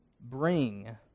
bring